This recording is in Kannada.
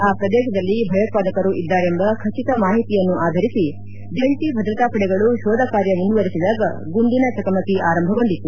ಆ ಪ್ರದೇಶದಲ್ಲಿ ಭಯೋತ್ಪಾದಕರು ಇದ್ದಾರೆಂಬ ಖಚಿತ ಮಾಹಿತಿಯನ್ನು ಆಧರಿಸಿ ಜಂಟಿ ಭದ್ರತಾ ಪಡೆಗಳು ಶೋಧ ಕಾರ್ಯ ಮುಂದುವರೆಸಿದಾಗ ಗುಂಡಿನ ಚಕಮಕಿ ಆರಂಭಗೊಂಡಿದೆ